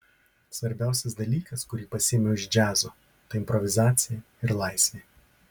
svarbiausias dalykas kurį pasiėmiau iš džiazo tai improvizacija ir laisvė